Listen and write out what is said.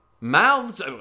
mouths